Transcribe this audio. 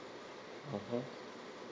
mmhmm